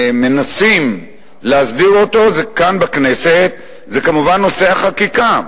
מנסים להסדיר כאן בכנסת זה כמובן נושא החקיקה,